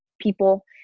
people